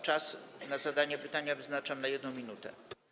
Czas na zadanie pytania wyznaczam na 1 minutę.